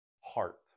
heart